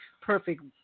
perfect